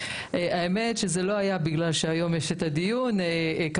האמת שזה לא קרה בגלל הדיון שמתקיים היום,